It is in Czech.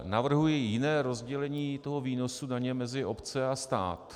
Navrhuji jiné rozdělení výnosu daně mezi obce a stát.